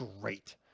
great